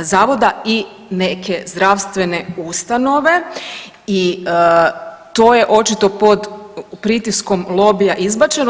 zavoda i neke zdravstvene ustanove i to je očito pod pritiskom lobija izbačeno.